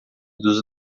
dos